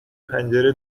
پنجره